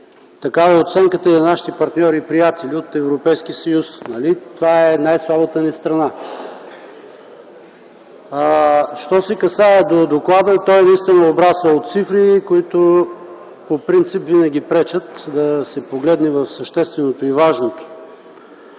Такава е оценката и на нашите партньори и приятели от Европейския съюз, нали? Това е най-слабата ни страна. Що се касае до доклада, той е обрасъл от цифри, които по принцип винаги пречат да се погледне в същественото и важното.